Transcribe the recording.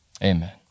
amen